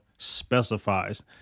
specifies